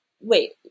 Wait